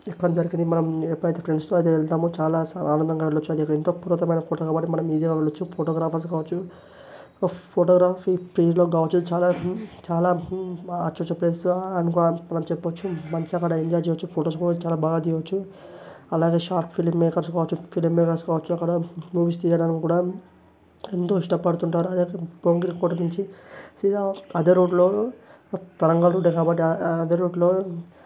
ఎక్కడం జరిగింది మనం ఎప్పుడైతే ఫ్రెండ్స్తో అయితే వెళ్తామో చాలా ఆనందంగా వెళ్ళచ్చు అది అక్కడ ఎంతో పురాతమైన కోట కాబట్టి మనం ఈజీగా వెళ్ళచ్చు ఫోటోగ్రాఫర్స్ కావచ్చు ఆ ఫోటోగ్రఫీ ఫీల్డ్లో కావచ్చు చాలా చాలా అచ్చు వచ్చే ప్లేస్ అని కూడా చెప్పచ్చు మంచిగా ఎంజాయ్ చేయొచ్చు ఫొటోస్ కూడా చాలా బాగా తీయవచ్చు అలాగే షార్ట్ ఫిలిం మేకర్స్ కావచ్చు ఫిలిం మేకర్స్ కావచ్చు అక్కడ మూవీస్ తీయడం కూడా ఎంతో ఇష్టపడుతు ఉంటారు అలాగే భువనగిరి కోట నుంచి శ్రీరామ అదే రూట్లో తెలంగాణ రూటే కాబట్టి అదే రూట్లో